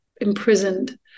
imprisoned